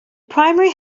primary